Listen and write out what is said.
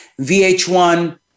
VH1